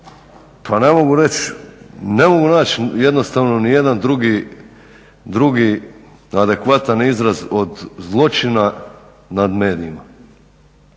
pa ne mogu reći, ne mogu naći jednostavno niti jedan drugi adekvatan izraz od zločina nad medijima.